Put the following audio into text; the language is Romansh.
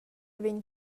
vegn